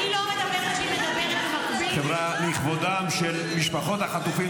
אני לא מדברת כשהיא מדברת --- לכבודן של משפחות החטופים,